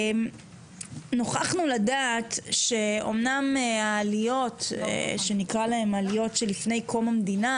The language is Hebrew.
נוכחנו לדעת שאמנם העליות שנקרא להן העליות שלפני קום המדינה,